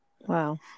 Wow